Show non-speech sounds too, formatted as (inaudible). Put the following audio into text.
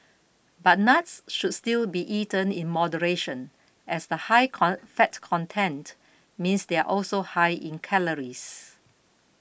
but nuts should still be eaten in moderation as the high (unintelligible) fat content means they are also high in calories